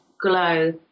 glow